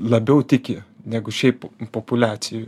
labiau tiki negu šiaip populiacijoj